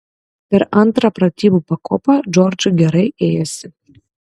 per antrą pratybų pakopą džordžui gerai ėjosi